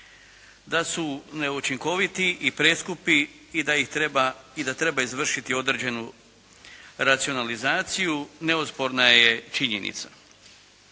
Da su neučinkoviti i preskupi i da treba izvršiti određenu racionalizaciju neosporna je činjenica.